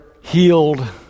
healed